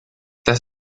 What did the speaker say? das